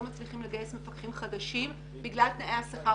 מצליחים לגייס עובדים חדשים בגלל תנאי השכר.